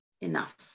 enough